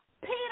Peter